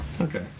Okay